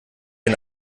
den